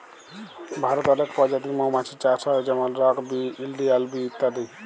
ভারতে অলেক পজাতির মমাছির চাষ হ্যয় যেমল রক বি, ইলডিয়াল বি ইত্যাদি